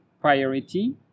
priority